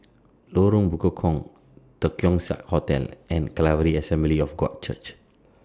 Lorong Bekukong The Keong Saik Hotel and Calvary Assembly of God Church